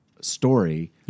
story